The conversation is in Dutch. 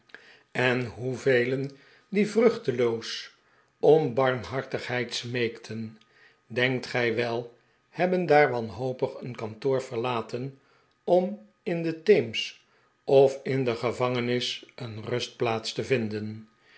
en hoevelen die vruchteloos om barmhartigheid smeekten denkt gij wel hebben daar wanhopig een kantoor verlaten om in den theems of in de gevangenis een rustplaats te vinden